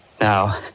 Now